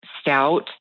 stout